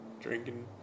drinking